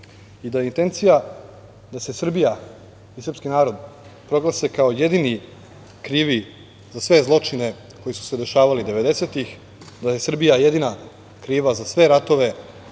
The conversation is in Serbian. da je intencija da se Srbija i srpski narod proglase kao jedini krivi za sve zločine koji su se dešavali 90-ih, da je Srbija jedinica kriva za sve ratove